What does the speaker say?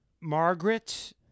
Margaret